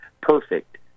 perfect